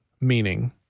meaning